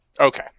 Okay